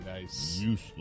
Useless